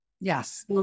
Yes